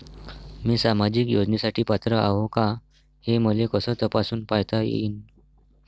मी सामाजिक योजनेसाठी पात्र आहो का, हे मले कस तपासून पायता येईन?